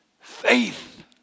Faith